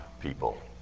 people